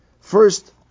First